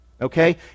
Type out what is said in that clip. okay